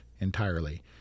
entirely